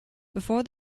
before